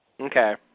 Okay